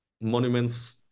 monuments